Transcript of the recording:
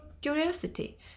curiosity